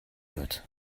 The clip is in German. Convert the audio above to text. wird